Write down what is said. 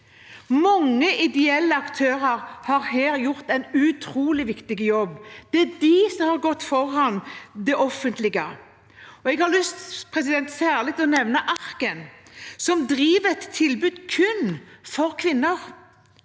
Mange ideelle aktører har her gjort en utrolig viktig jobb – de har gått foran det offentlige. Jeg har lyst til særlig å nevne Arken, som driver et tilbud kun for kvinner,